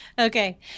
Okay